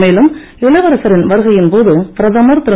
மேலும் இளவரசரின் வருகையின் போது பிரதமர் திரு